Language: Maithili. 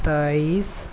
तेइस